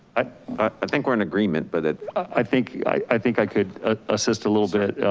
i i think we're in agreement. but i think i think i could ah assist a little bit.